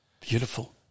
Beautiful